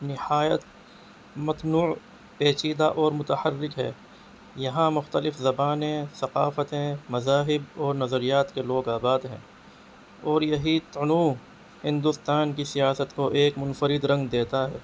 نہایت متنوع پیچیدہ اور متحرک ہے یہاں مختلف زبانیں ثقافتیں مذاہب اور نظریات کے لوگ آباد ہیں اور یہی تنوع ہندوستان کی سیاست کو ایک منفرد رنگ دیتا ہے